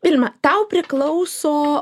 pirma tau priklauso